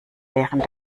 während